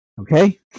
Okay